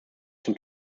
zum